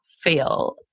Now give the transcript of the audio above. feel